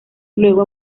luego